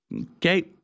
Okay